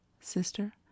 Sister